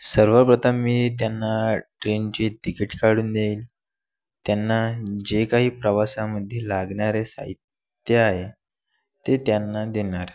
सर्वप्रथम मी त्यांना ट्रेनचे तिकीट काढून देईल त्यांना जे काही प्रवासामध्ये लागणारे साहित्य आहे ते त्यांना देणार